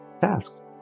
tasks